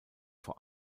vor